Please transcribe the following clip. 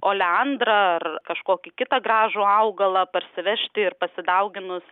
oleandrą ar kažkokį kitą gražų augalą parsivežti ir pasidauginus